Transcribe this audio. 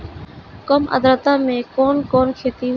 कम आद्रता में कवन कवन खेती होई?